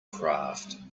craft